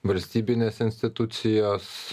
valstybinės institucijos